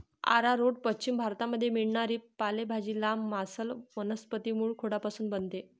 arrowroot पश्चिम भारतामध्ये मिळणारी पालेभाजी, लांब, मांसल वनस्पती मूळखोडापासून बनते